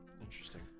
Interesting